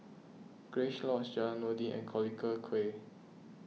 Grace Lodge Jalan Noordin and Collyer Quay